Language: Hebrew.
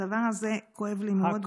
שהדבר הזה כואב לי מאוד.